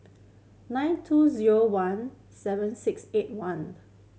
nine two zero one seven six eight one